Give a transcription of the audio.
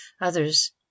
Others